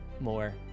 more